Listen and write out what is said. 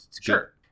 Sure